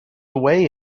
away